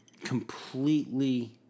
completely